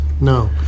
No